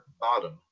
bottom